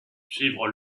suivre